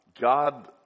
God